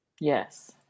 Yes